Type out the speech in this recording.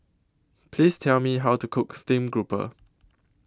Please Tell Me How to Cook Stream Grouper